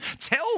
Tell